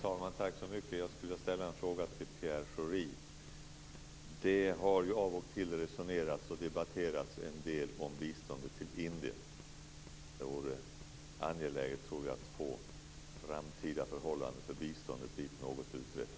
Fru talman! Jag skulle vilja ställa en fråga till Det har av och till resonerats och debatterats en del om biståndet till Indien. Jag tror att det vore angeläget att få framtida förhållanden för biståndet dit något utrett.